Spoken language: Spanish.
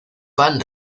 pan